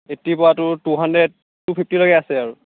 এইটটিৰ পৰা তোৰ two hundred two fifty লৈকে আছে আৰু